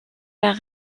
par